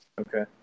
Okay